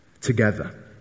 together